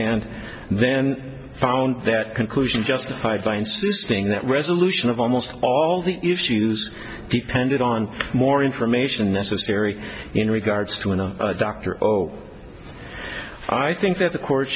and then found that conclusion justified by insisting that resolution of almost all the issues depended on more information necessary in regards to a doctor i think that the court